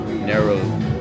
narrow